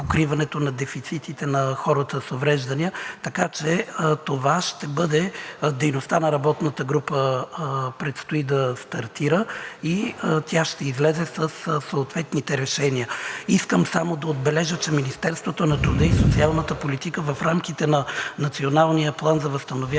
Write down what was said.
на дефицитите на хората с увреждания, така че това ще бъде дейността на работната група. Предстои да стартира и тя ще излезе със съответните решения. Искам само да отбележа, че Министерството на труда и социалната политика в рамките на Националния план за възстановяване